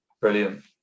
Brilliant